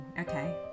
okay